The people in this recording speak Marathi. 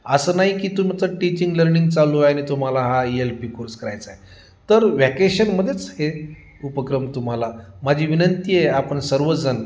असं नाही की तुमचं टीचिंग लर्निंग चालू आहे आणि तुम्हाला हा ई एल पी कोर्स करायचा आहे तर वॅकेशनमध्येच हे उपक्रम तुम्हाला माझी विनंती आहे आपण सर्वजण